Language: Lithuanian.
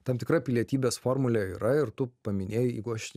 tam tikra pilietybės formulė yra ir tu paminėjai jeigu aš